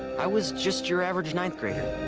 i was just your average ninth grader.